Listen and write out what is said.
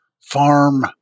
farm